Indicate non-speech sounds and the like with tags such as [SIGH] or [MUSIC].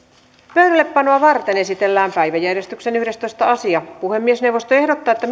pöydällepanoa varten esitellään päiväjärjestyksen yhdestoista asia puhemiesneuvosto ehdottaa että [UNINTELLIGIBLE]